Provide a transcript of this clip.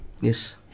Yes